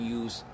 use